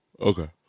Okay